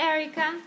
Erica